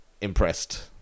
impressed